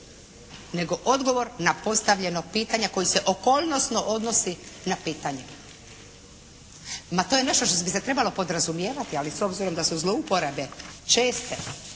nego odgovor na postavljeno pitanje koje se okolnosno odnosi na pitanje. Ma to je nešto što bi se trebalo podrazumijevati, ali s obzirom da su zlouporabe česte